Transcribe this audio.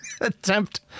attempt